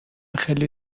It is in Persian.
خیلی